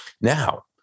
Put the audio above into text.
Now